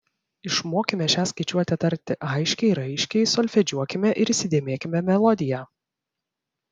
išmokime šią skaičiuotę tarti aiškiai raiškiai solfedžiuokime ir įsidėmėkime melodiją